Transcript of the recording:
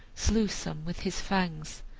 slew some with his fangs,